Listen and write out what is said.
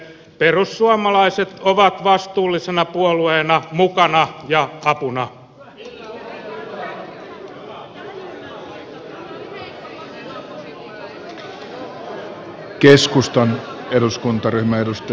perussuomalaiset ovat vastuullisena puolueena mukana ja apuna